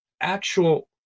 actual